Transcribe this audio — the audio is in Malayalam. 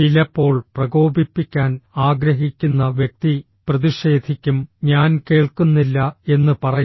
ചിലപ്പോൾ പ്രകോപിപ്പിക്കാൻ ആഗ്രഹിക്കുന്ന വ്യക്തി പ്രതിഷേധിക്കും ഞാൻ കേൾക്കുന്നില്ല എന്ന് പറയും